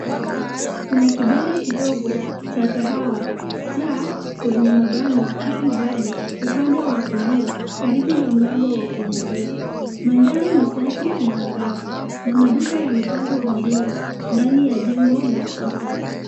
Carrefour . Kuna kibanda kidogo cha kahawa cha Spring Valley upande wa kulia karibu na mlango wa kuingilia. Mandhari ni safi na angavu na maduka yamepangwa vizuri ndani ya jengo la kisasa.